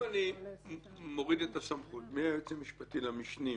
אם אני מוריד את הסמכות מהיועץ המשפטי למשנים,